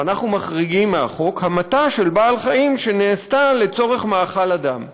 אנחנו מחריגים מהחוק "המתה של בעלי-חיים שנעשתה לצורכי מאכל אדם".